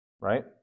Right